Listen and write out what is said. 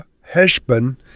Heshbon